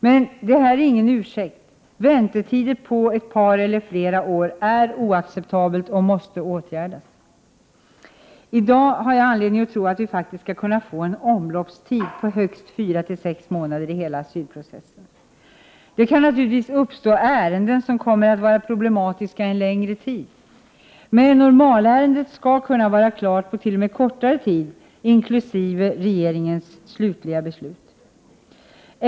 Men det är inte någon ursäkt. Väntetider på ett par eller flera år är oacceptabla och måste åtgärdas. I dag har jag anledning tro att vi faktiskt skall kunna få en omloppstid på högst fyra till sex månader för hela asylprocessen. Det kan naturligtvis finnas ärenden som kommer att vara problematiska och ta längre tid, men normalärendet skall t.o.m. kunna vara klart på kortare tid, inkl. regeringens slutliga beslut.